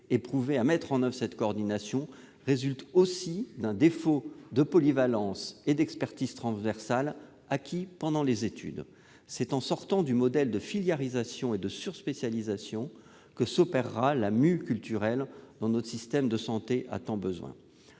éprouvées à mettre en oeuvre cette coordination résultent aussi d'un défaut de polyvalence et d'expertise transversale acquis pendant les études. C'est en sortant du modèle de filiarisation et de surspécialisation que s'opérera la mue culturelle dont notre système de santé a tant besoin.